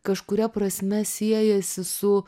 kažkuria prasme siejasi su